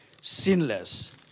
sinless